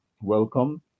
welcome